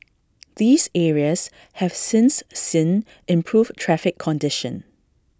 these areas have since seen improved traffic conditions